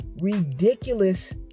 ridiculous